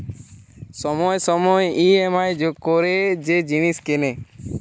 সময়ে সময়ে ই.এম.আই জমা করে যে জিনিস কেনে